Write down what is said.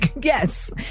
yes